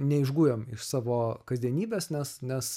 neišgujam iš savo kasdienybės nes nes